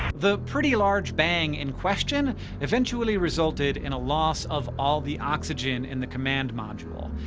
the pretty large bang in question eventually resulted in a loss of all the oxygen in the command module.